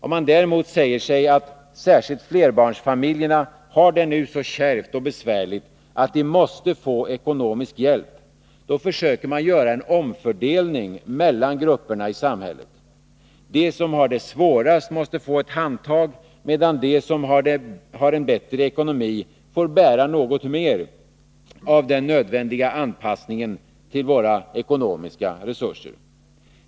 Om man däremot säger sig att särskilt flerbarnsfamiljerna har det nu så kärvt och besvärligt att de måste få ekonomisk hjälp, då försöker man göra en omfördelning mellan grupperna i samhället. De som har det svårast måste få ett handtag, medan de som har en bättre ekonomi får bära något mer av den nödvändiga anpassningen till våra ekonomiska resurser.